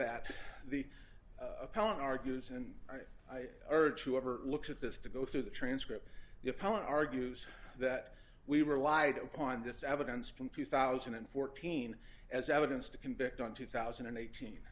that the appellant argues and i urge you ever look at this to go through the transcript the appellant argues that we relied upon this evidence from two thousand and fourteen as evidence to convict on two thousand and eighteen